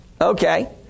Okay